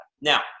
Now